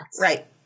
Right